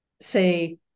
say